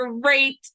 great